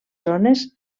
zones